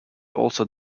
also